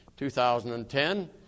2010